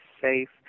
safe